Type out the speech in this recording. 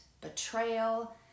betrayal